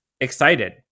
excited